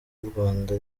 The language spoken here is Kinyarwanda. rwanda